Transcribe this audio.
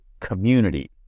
community